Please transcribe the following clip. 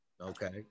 okay